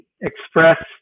express